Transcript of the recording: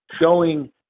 showing